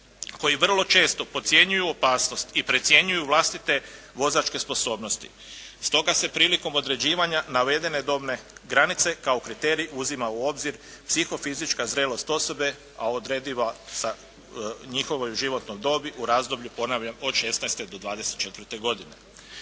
koji vrlo često podcjenjuju opasnost i precjenjuju vlastite vozačke sposobnosti. Stoga se prilikom određivanja navedene dobne granice kao kriterij uzima u obzir psihofizička zrelost osobe a određena sa njihovom životnom dobi u razdoblju, ponavljam od 16. do 24. godine.